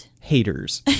haters